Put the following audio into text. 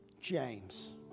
James